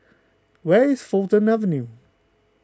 where is Fulton Avenue